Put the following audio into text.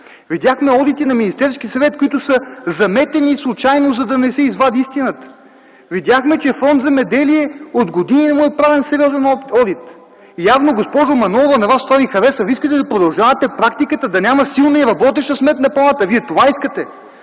Видяхме одити на Министерския съвет, които са заметени случайно, за да не се извади истината. Видяхме, че на Фонд „Земеделие” от години не му е правен сериозен одит. Явно, госпожо Манолова, на Вас това Ви хареса? Вие искате да продължавате практиката да няма силна и работеща Сметна палата! Вие това искате!